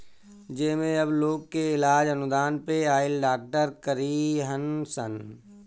जेमे अब लोग के इलाज अनुदान पे आइल डॉक्टर करीहन सन